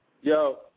Yo